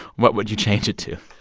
what would you change it to?